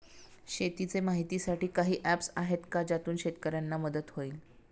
शेतीचे माहितीसाठी काही ऍप्स आहेत का ज्यातून शेतकऱ्यांना मदत होईल?